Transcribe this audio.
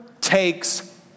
takes